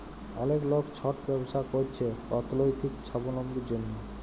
অলেক লক ছট ব্যবছা ক্যইরছে অথ্থলৈতিক ছাবলম্বীর জ্যনহে